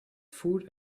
food